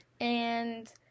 And-